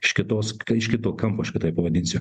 iš kitos iš kito kampo aš kitaip pavadinsiu